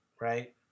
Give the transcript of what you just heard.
right